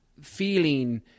feeling